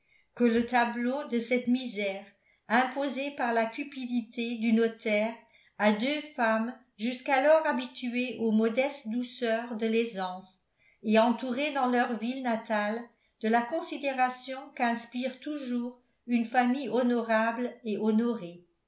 que le tableau de cette misère imposée par la cupidité du notaire à deux femmes jusqu'alors habituées aux modestes douceurs de l'aisance et entourées dans leur ville natale de la considération qu'inspire toujours une famille honorable et honorée